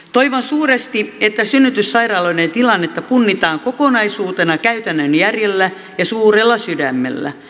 toivon suuresti että synnytyssairaaloiden tilannetta punnitaan kokonaisuutena käytännön järjellä ja suurella sydämellä